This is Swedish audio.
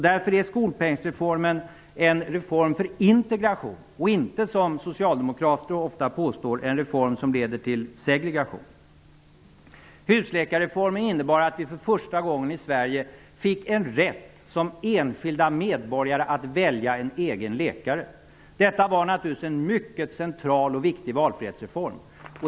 Därför är skolpengsreformen en reform för integration och inte, som socialdemokrater ofta påstår, en reform som leder till segregation. Husläkarreformen innebar att vi för första gången i Sverige fick rätt att som enskilda medborgare välja en egen läkare. Detta var naturligtvis en mycket central och viktig valfrihetsreform.